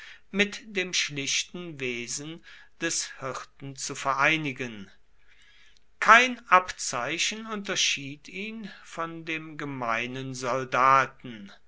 mit dem schlichten wesen des hirten zu vereinigen kein abzeichen unterschied ihn von dem gemeinen soldaten